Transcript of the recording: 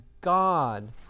god